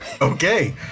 Okay